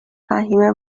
فهمیه